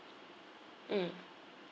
mm